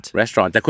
restaurant